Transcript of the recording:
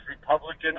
Republican